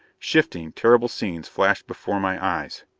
shifting, terrible scenes flashed before my eyes.